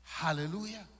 Hallelujah